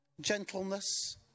gentleness